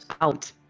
out